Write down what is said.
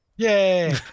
Yay